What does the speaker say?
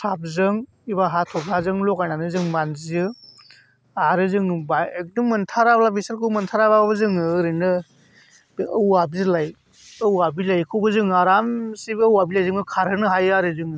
स्राबजों एबा हाथ'फ्लाजों लगायनानै जों मानजियो आरो जों एग्दम मोनथाराब्लाबो बैसोरखौ मोनथाराब्लाबो जोङो ओरैनो बे औवा बिलाइ औवा बिलाइखौबो जों आरामसे औवा बिलाइजोंबो खारहोनो हायो आरो जों